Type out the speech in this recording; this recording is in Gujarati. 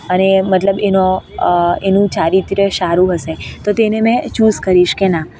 અને મતલબ એનો એનું ચારિત્ર સારું હશે તો તેને મેં ચૂસ કરીશ કે ના